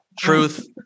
truth